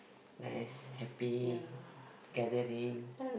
then is happy gathering